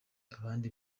abandi